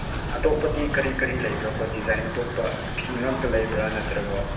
ꯑꯇꯣꯞꯄꯗꯤ ꯀꯔꯤ ꯀꯔꯤ ꯂꯩꯕ꯭ꯔꯥꯀꯣ ꯗꯤꯖꯥꯏꯟ ꯑꯇꯣꯞꯄ ꯐꯤ ꯉꯥꯛꯇ ꯂꯩꯕ꯭ꯔꯥ ꯅꯠꯇ꯭ꯔꯒ